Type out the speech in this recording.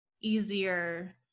easier